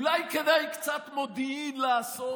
אולי כדאי קצת מודיעין לאסוף,